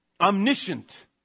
Omniscient